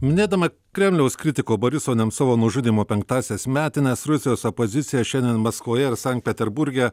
minėdama kremliaus kritiko boriso nemcovo nužudymo penktąsias metines rusijos opozicija šiandien maskvoje ir sankt peterburge